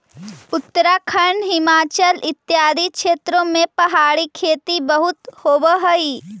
उत्तराखंड, हिमाचल इत्यादि क्षेत्रों में पहाड़ी खेती बहुत होवअ हई